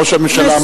ראש הממשלה אמר,